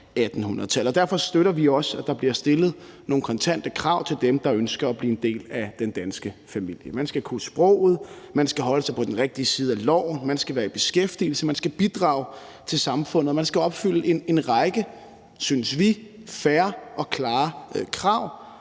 derfor støtter vi også, at der bliver stillet kontante krav til dem, der ønsker at blive en del af den danske familie. Man skal kunne sproget, man skal holde sig på den rigtige side af loven, man skal være i beskæftigelse, man skal bidrage til samfundet, og man skal opfylde en række, synes vi, fair og klare krav,